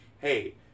hey